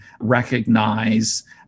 recognize